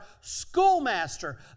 schoolmaster